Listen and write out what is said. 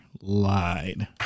lied